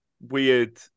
weird